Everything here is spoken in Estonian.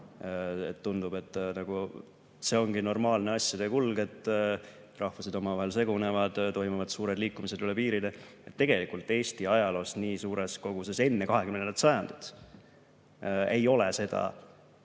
tunduda, et see ongi normaalne asjade kulg, et rahvused omavahel segunevad, toimuvad suured liikumised üle piiride, seda tegelikult Eesti ajaloos nii suures koguses enne 20. sajandit ei ole mitme